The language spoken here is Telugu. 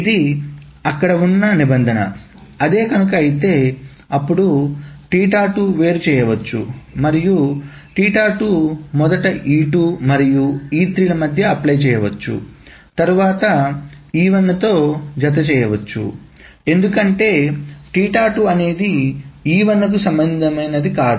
ఇది అక్కడ ఉన్న నిబంధన అదే కనుక అయితే అప్పుడు వేరు చేయవచ్చు మరియు మొదట E2 మరియు E3 ల మధ్య అప్లై చేయవచ్చు మరియు తరువాత E1తో జత చేయవచ్చు ఇది ఆలోచన ఎందుకంటే అనేది E1 కు సంబంధించినది కాదు